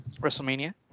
WrestleMania